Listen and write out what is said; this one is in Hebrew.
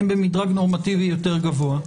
הן במדרג נורמטיבי יותר גבוה.